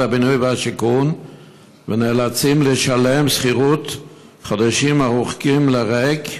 הבינוי והשיכון ונאלצים לשלם שכירות חודשים ארוכים לריק,